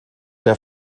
der